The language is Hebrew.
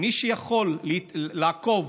מי שיכול לעקוב